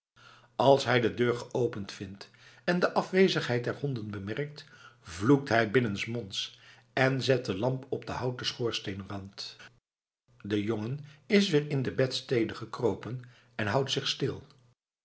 als hij de deur geopend vindt en de afwezigheid der honden bemerkt vloekt hij binnensmonds en zet de lamp op den houten schoorsteenrand de jongen is weer in de bedstede gekropen en houdt zich stil